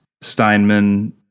Steinman